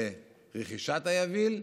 לרכישת היביל,